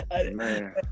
Man